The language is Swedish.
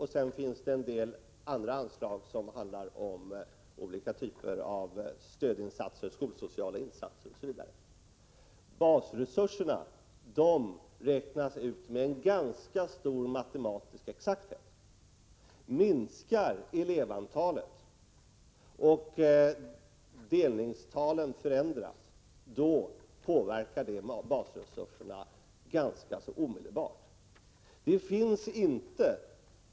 Det finns också en del andra anslag för olika typer av stödinsatser; skolsociala insatser osv. Basresurserna räknas ut med ganska stor matematisk exakthet. Minskar elevantalet och delningstalen förändras påverkar det basresurserna ganska omedelbart.